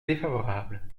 défavorable